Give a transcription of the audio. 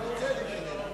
גברתי, הצבעה.